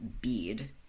bead